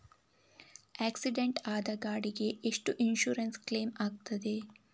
Accident ಆದ ಗಾಡಿಗೆ ಎಷ್ಟು ಇನ್ಸೂರೆನ್ಸ್ ಕ್ಲೇಮ್ ಆಗ್ತದೆ?